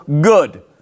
good